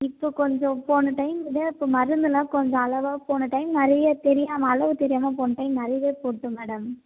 இப்போ கொஞ்சம் போன டைம் விட இப்போ மருந்துலாம் கொஞ்சம் அளவாக போன டைம் நிறைய தெரியாமல் அளவு தெரியாமல் போன டைம் நிறையவே போட்டோம் மேடம்